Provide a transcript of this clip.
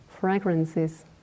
fragrances